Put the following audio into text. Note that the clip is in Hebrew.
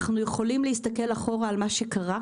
אנחנו יכולים להסתכל אחורה על מה שקרה,